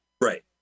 Right